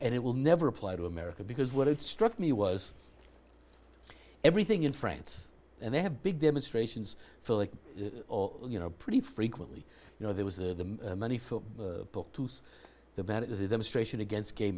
and it will never apply to america because what it struck me was everything in france and they have big demonstrations for like you know pretty frequently you know there was the money for the ballot a demonstration against gay